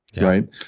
right